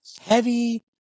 heavy